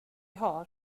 har